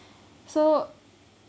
so